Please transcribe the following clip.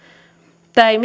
tämä ei